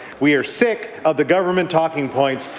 we are sick of the government talking points.